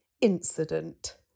Incident